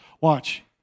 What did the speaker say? Watch